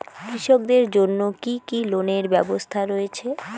কৃষকদের জন্য কি কি লোনের ব্যবস্থা রয়েছে?